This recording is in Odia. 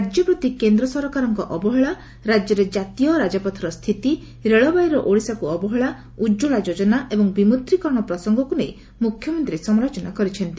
ରାଜ୍ୟ ପ୍ରତି କେନ୍ଦ୍ର ସରକାରଙ୍କର ଅବହେଳାକୁ ଶ୍ରୀ ପଟନାୟକ ସମାଲୋଚନା କରିଛ ରାଜପଥର ସ୍ଥିତି ରେଳବାଇର ଓଡ଼ିଶାକୁ ଅବହେଳା ଉକ୍ଳା ଯୋଜନା ଏବଂ ବିମୁଦ୍ରିକରଣ ପ୍ରସଙ୍ଗକୁ ନେଇ ମୁଖ୍ୟମନ୍ତୀ ସମାଲୋଚନା କରିଛନ୍ତି